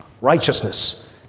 righteousness